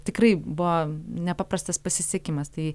tikrai buvo nepaprastas pasisekimas tai